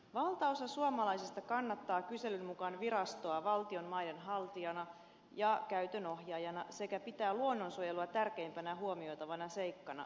valtaosa suomalaisista kannattaa kyselyn mukaan virastoa valtion maiden haltijana ja käytön ohjaajana sekä pitää luonnonsuojelua tärkeimpänä huomioitavana seikkana organisaatiouudistuksessa